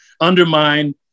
undermine